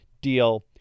deal